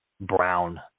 brown